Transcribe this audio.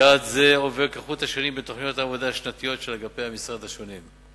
יעד זה עובר כחוט השני בתוכניות העבודה השנתיות של אגפי המשרד השונים.